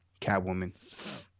Catwoman